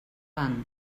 van